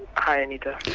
hi, anita.